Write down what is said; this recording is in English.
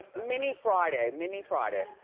mini friday, mini friday.